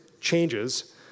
changes